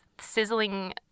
sizzling